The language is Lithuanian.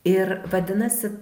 ir vadinasi